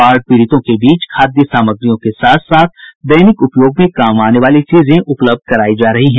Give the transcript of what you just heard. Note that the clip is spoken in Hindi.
बाढ़ पीड़ितों के बीच खादय सामग्रियों के साथ साथ दैनिक उपयोग में काम आने वाली चीजें उपलब्ध करायी जा रही है